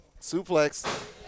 Suplex